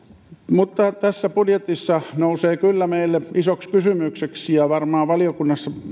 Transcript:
mutta tässä budjetissa nousee kyllä meille isoksi kysymykseksi ja varmaan valiokunnassa